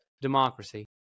democracy